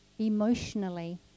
emotionally